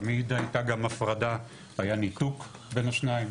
תמיד הייתה גם הפרדה, היה ניתוק בין השניים.